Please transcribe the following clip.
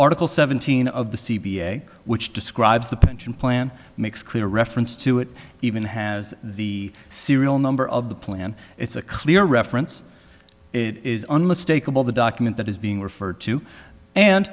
article seventeen of the c p a which describes the pension plan makes clear reference to it even has the serial number of the plan it's a clear reference it is unmistakable the document that is being referred to and